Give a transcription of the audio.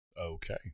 Okay